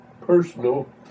personal